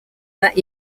that